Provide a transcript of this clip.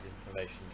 information